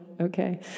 Okay